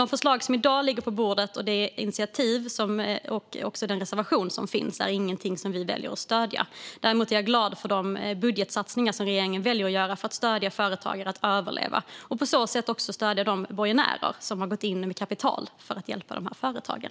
De förslag som i dag ligger på bordet, det initiativ och den reservation som finns, är dock inget som vi väljer att stödja. Däremot är jag glad över de budgetsatsningar som regeringen väljer att göra för att stödja företagare så att de kan överleva. På så sätt stöder man också de borgenärer som har gått in med kapital för att hjälpa de företagen.